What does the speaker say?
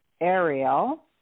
Ariel